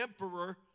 Emperor